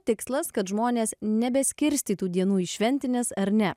tikslas kad žmonės nebeskirstytų dienų į šventines ar ne